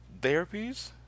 therapies